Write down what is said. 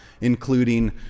including